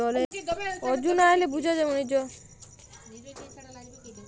জলের ডিস্টিরিবিউশল ছারা দুলিয়াল্লে হ্যয় অলেক থ্যাইকে